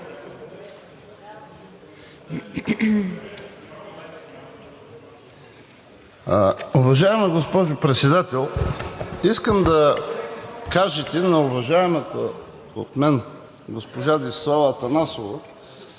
Уважаема госпожо Председател, искам да кажете на уважаваната от мен госпожа Десислава Атанасова,